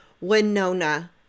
Winona